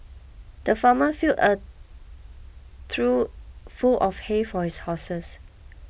the farmer filled a trough full of hay for his horses